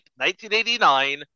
1989